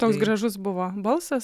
toks gražus buvo balsas